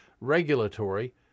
regulatory